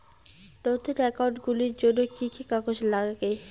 নতুন একাউন্ট খুলির জন্যে কি কি কাগজ নাগে?